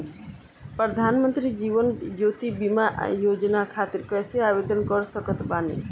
प्रधानमंत्री जीवन ज्योति बीमा योजना खातिर कैसे आवेदन कर सकत बानी?